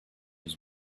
was